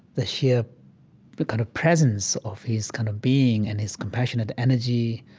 the sheer but kind of presence of his kind of being and his compassionate energy,